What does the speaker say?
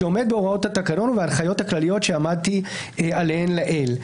שעומד בהוראות התקנון ובהנחיות הכלליות שעמדתי עליהן לעיל,